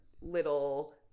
little